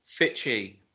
Fitchy